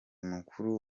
mukuru